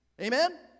amen